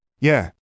Yeah